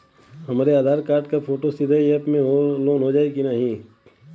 हमरे आधार कार्ड क फोटो सीधे यैप में लोनहो जाई?